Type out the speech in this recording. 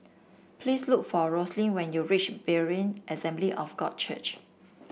please look for Roslyn when you reach Berean Assembly of God Church